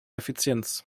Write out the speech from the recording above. effizienz